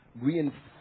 reinforce